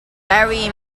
larry